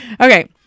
Okay